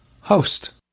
host